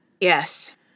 Yes